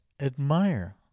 admire